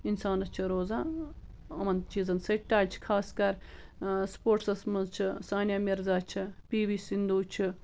اِنسانس چھُ روزان یِمن چیٖزن سۭتۍ ٹچ خاص کَر سُپوٹسَس منٛزچھِ سانِیا مِرزا چھِ پی وی سِندوٗ چھِ